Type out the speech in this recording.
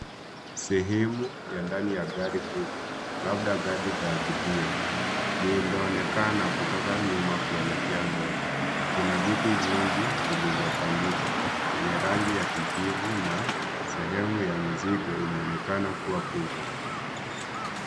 Sehemu ya ndani ya gari kubwa labda gari la abiria lililoonekana kutoka nyuma kuelekea mbele. Kuna viti vingi vilivyopangika vyenye rangi ya kijivu na sehemu ya mizigo inaonekana kuwa kubwa.